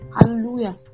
Hallelujah